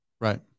Right